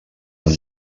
amb